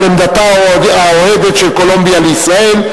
על עמדתה האוהדת של קולומביה לישראל,